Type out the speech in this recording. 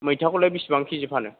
मैथाखौ लाय बिसिबां केजि फानो